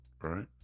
right